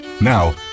Now